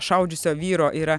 šaudžiusio vyro yra